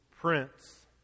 prince